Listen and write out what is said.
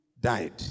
died